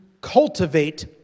cultivate